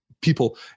People